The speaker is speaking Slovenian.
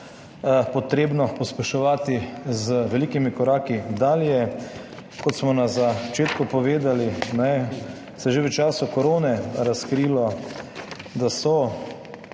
potrebno pospeševati z velikimi koraki dalje. Kot smo na začetku povedali, da se že v času korone razkrilo, da so